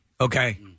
Okay